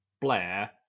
Blair